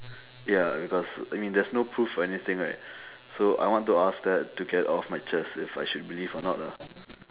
ya because I mean there's no proof for anything right so I want to ask that to get off my chest if I should believe or not lah